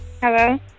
Hello